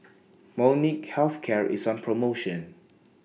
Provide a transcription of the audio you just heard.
Molnylcke Health Care IS on promotion